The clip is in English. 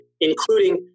including